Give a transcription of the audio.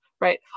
Right